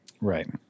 Right